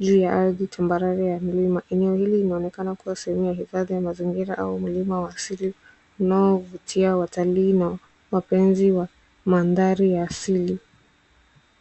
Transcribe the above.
juu ya ardhi tambarare ya milima. Eneo hili linaonekana kuwa sehemu ya hifadhi ya mazingira au mlima wa kiasili unaovutia watalii na wapenzi wa mandharii ya kiasii.